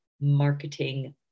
marketing